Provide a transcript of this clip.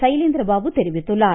சைலேந்திரபாபு தெரிவித்துள்ளார்